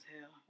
hell